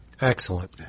Excellent